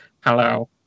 Hello